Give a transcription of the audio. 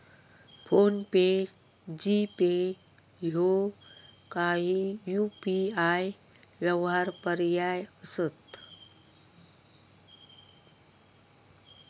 phone पे, GPay ह्यो काही UPI व्यवहार पर्याय असत